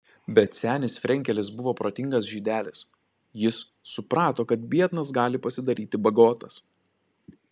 bet senis frenkelis buvo protingas žydelis jis suprato kad biednas gali pasidaryti bagotas